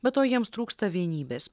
be to jiems trūksta vienybės